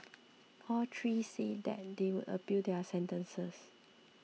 all three said they would appeal their sentences